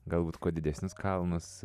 galbūt kuo didesnius kalnus